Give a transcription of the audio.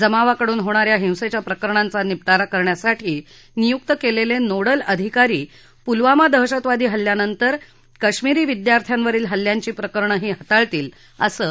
जमावाकडून होणा या हिंसेच्या प्रकरणांचा निपटारा करण्यासाठी नियुक्त केलेले नोडल अधिकारी पुलवामा दहशतवादी हल्ल्यानंतर कश्मीरी विद्यार्थ्यांवरील हल्ल्यांची प्रकरणंही हाताळतील असं न्यायालयानं सांगितलं